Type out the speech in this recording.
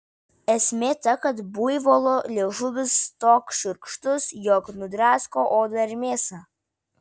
esmė ta kad buivolo liežuvis toks šiurkštus jog nudrasko odą ir mėsą